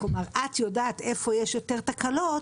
את יודעת איפה יש יותר תקלות,